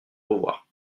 revoir